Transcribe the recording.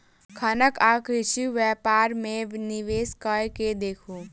खनन आ कृषि व्यापार मे निवेश कय के देखू